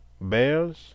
Bears